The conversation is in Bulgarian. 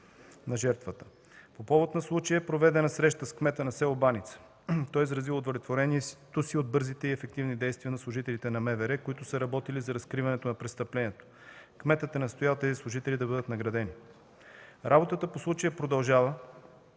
на жертвата. По повод на случилото се е проведена среща с кмета на село Баница. Той е изразил удовлетворение от бързите и ефективни действия на служителите на МВР, които са работили за разкриването на престъплението. Кметът е настоял тези служители да бъдат наградени. Работата по случая продължава.